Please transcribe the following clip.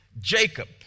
Jacob